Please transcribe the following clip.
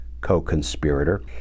co-conspirator